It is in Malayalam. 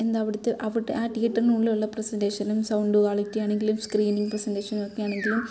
എന്താ അവിടുത്തെ അവിടെ ആ തിയറ്ററിനുള്ളിലുള്ള പ്രസൻറ്റേഷനും സൗണ്ട് ക്വാളിറ്റി ആണെങ്കിലും സ്ക്രീനിങ്ങ് പ്രസൻറ്റേഷനോക്കെ ആണെങ്കിലും